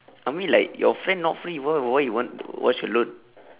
I mean like your friend not free why why why you want to watch alone